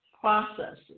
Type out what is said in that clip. processes